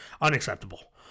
unacceptable